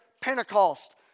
Pentecost